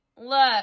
look